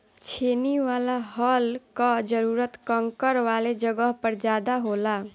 छेनी वाला हल कअ जरूरत कंकड़ वाले जगह पर ज्यादा होला